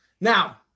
Now